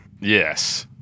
yes